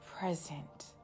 Present